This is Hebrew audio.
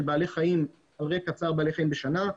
של בעלי חיים על רקע צער בעלי חיים בשנה.